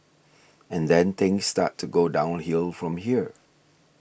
and then things start to go downhill from here